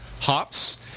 hops